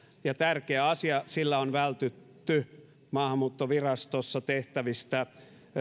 ja tärkeä asia sillä on vältytty maahanmuuttovirastossa tehtävistä